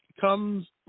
comes